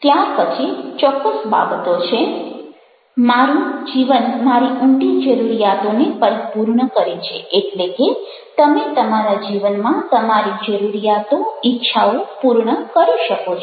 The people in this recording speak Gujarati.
ત્યાર પછી ચોક્કસ બાબતો છે મારું જીવન મારી ઊંડી જરૂરિયાતોને પરિપૂર્ણ કરે છે એટલે કે તમે તમારા જીવનમાં તમારી જરૂરિયાતો ઇચ્છાઓ પરિપૂર્ણ કરી શકો છો